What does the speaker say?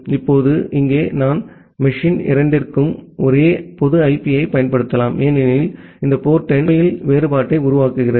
இப்போது இங்கே நான் மெஷின் இரண்டிற்கும் ஒரே பொது ஐபியைப் பயன்படுத்தலாம் ஏனெனில் இந்த போர்ட் எண் உண்மையில் வேறுபாட்டை உருவாக்குகிறது